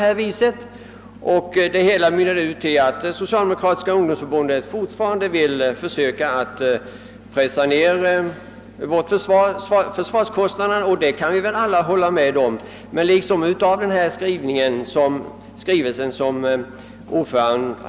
Det hela mynnade ut i att det socialdemokratiska ungdomsförbundet fortfarande vill försöka att pressa ned försvarskostnaderna, och den tanken kan vi väl alla ansluta oss till. emellertid en negativ syn på försvaret.